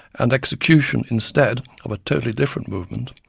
and execution, instead of a totally different movement,